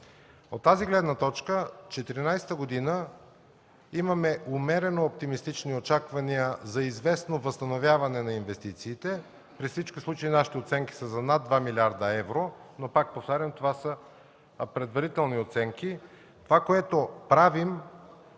От тази гледна точка за 2014 г. имаме умерено оптимистични очаквания за известно възстановяване на инвестициите. При всички случаи нашите оценки са за над 2 млрд. евро, пак повтарям, това са предварителни оценки. Това, което правим